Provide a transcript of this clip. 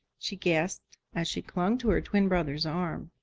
she gasped as she clung to her twin brother's arm.